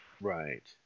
Right